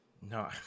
No